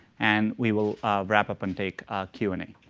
and we will wrap up and take q and a.